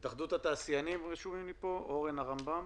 נציג התאחדות התעשיינים, בבקשה.